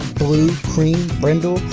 blue, cream, brindle,